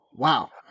Wow